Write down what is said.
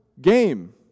game